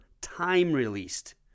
time-released